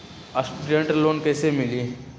Student loan कैसे मिली?